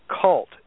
cult